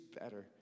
better